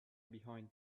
behind